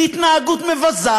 להתנהגות מבזה.